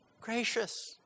gracious